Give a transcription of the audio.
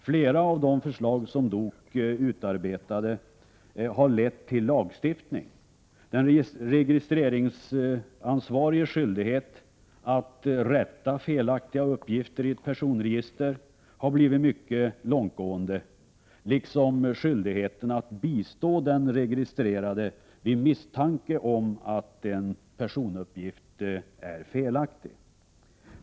Flera av de förslag som DOK utarbetade har lett till lagstiftning. Den registreringsansvariges skyldighet att rätta felaktiga uppgifter i ett personregister har blivit mycket långtgående, liksom skyldigheten att bistå den registrerade vid misstanke om att en personuppgift är felaktig.